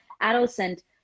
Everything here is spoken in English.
adolescent